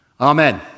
Amen